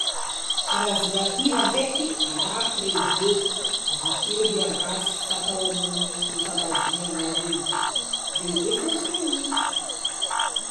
Karazana hira ndraiky: a rapy, reggea, avakeo hira gasy fatao amy famadihana regny de evangelika.